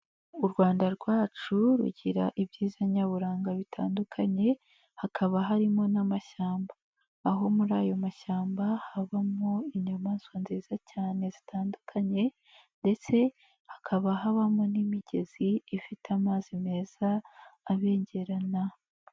U Rwanda rwacu rugira ibyiza nyaburanga bitandukanye, hakaba harimo n'amashyamba. Aho muri ayo mashyamba, habamo inyamaswa nziza cyane zitandukanye ndetse hakaba habamo n'imigezi ifite amazi meza abengerana.